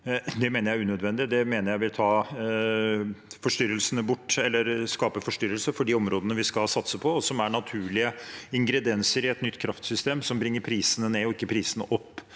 Det mener jeg er unødvendig. Det mener jeg vil skape forstyrrelser for de områdene vi skal satse på, og som er naturlige ingredienser i et nytt kraftsystem, som bringer prisene ned, og ikke prisene opp.